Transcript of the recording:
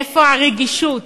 איפה הרגישות